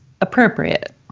appropriate